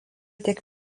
tiek